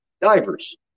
Divers